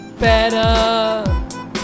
Better